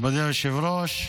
מכובדי היושב-ראש,